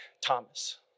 Thomas